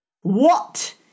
What